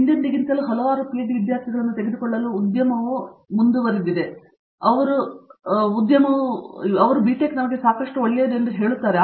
ಹಿಂದೆಂದಿಗಿಂತ ಹಲವಾರು ಪಿಎಚ್ಡಿ ವಿದ್ಯಾರ್ಥಿಗಳನ್ನು ತೆಗೆದುಕೊಳ್ಳಲು ಉದ್ಯಮವು ಎಂದಿಗೂ ಬಳಸಲಿಲ್ಲ ಅವರು ಬಿ ಟೆಕ್ ನಮಗೆ ಸಾಕಷ್ಟು ಒಳ್ಳೆಯದು ಎಂದು ಹೇಳುತ್ತಾರೆ